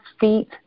feet